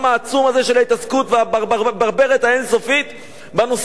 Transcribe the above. של ההתעסקות והברברת האין-סופית בנושא האירני.